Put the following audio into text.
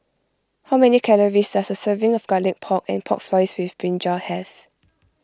how many calories does a serving of Garlic Pork and Pork Floss with Brinjal have